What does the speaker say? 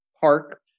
park